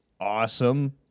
awesome